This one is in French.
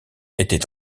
était